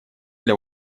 для